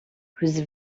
whose